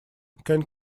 can